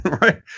right